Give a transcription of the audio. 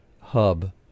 hub